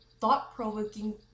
thought-provoking